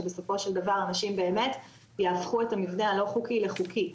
שבסופו של דבר אנשים באמת יהפכו את המבנה הלא חוקי לחוקי.